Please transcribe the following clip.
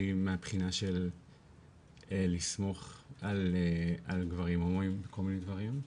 מהבחינה של לסמוך על גברים הומואים בכל מיני דברים,